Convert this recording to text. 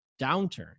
downturn